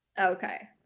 okay